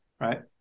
right